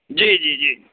جی جی جی